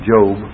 Job